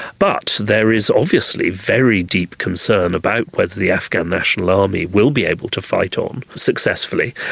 but there is obviously very deep concern about whether the afghan national army will be able to fight on successfully.